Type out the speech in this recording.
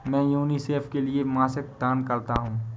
मैं यूनिसेफ के लिए मासिक दान करता हूं